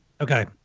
Okay